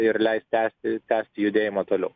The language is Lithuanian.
ir leis tęsti tęsti judėjimą toliau